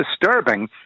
disturbing